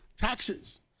taxes